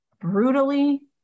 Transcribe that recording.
brutally